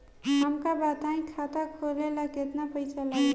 हमका बताई खाता खोले ला केतना पईसा लागी?